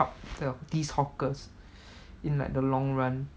the these hawkers in like the long run